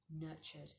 nurtured